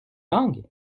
langue